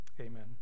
amen